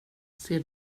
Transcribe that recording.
ser